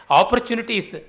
opportunities